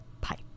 pipe